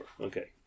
Okay